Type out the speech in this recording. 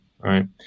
Right